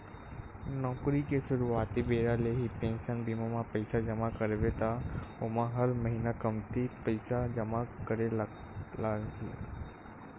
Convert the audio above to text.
नउकरी के सुरवाती बेरा ले ही पेंसन बीमा म पइसा जमा करबे त ओमा हर महिना कमती पइसा जमा करे ल लगही